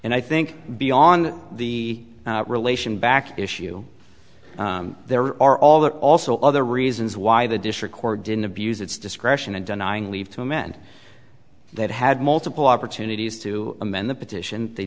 and i think beyond the relation back issue there are all the also other reasons why the district court didn't abuse its discretion and denying leave to amend that had multiple opportunities to amend the petition they